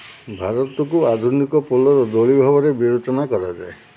ଭାରତକୁ ଆଧୁନିକ ପୋଲୋର ଦୋଳି ଭାବରେ ବିବେଚନା କରାଯାଏ